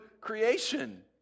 creation